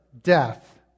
death